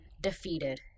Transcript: defeated